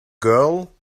girl